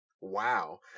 wow